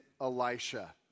Elisha